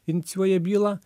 inicijuoja bylą